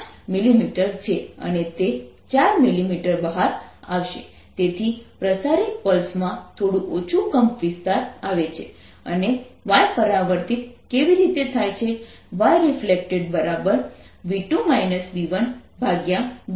yt 2v2v1v2yIncident2025×5 mm4 mm તેથી પ્રસારિત પલ્સ માં થોડું ઓછું કંપવિસ્તાર આવે છે અને y પરાવર્તિત કેવી રીતે થાય છે yreflected v2 v1v2v1 yIncident છે